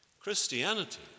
Christianity